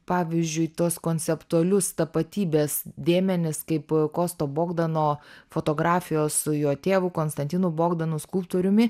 pavyzdžiui tuos konceptualius tapatybės dėmenis kaip kosto bogdano fotografijos su jo tėvu konstantinu bogdanu skulptoriumi